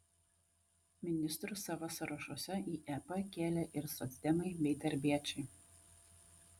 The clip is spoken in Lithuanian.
ministrus savo sąrašuose į ep kėlė ir socdemai bei darbiečiai